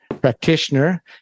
practitioner